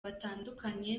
batandukanye